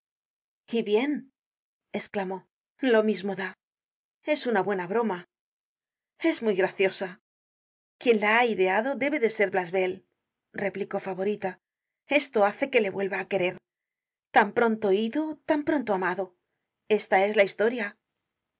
y bien esclamó lo mismo dá es una buena broma es muy graciosa quien la ha ideado debe de ser blachevelle replicó favorita esto hace que le vuelva á querer tan pronto ido tan pronto amado esta es la historia